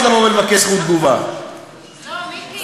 היא דיבורים,